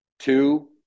Two